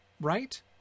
Right